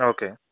Okay